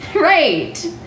Right